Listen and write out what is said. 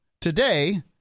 today